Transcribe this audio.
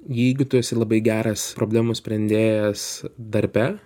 jeigu tu esi labai geras problemų sprendėjas darbe